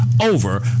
over